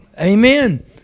Amen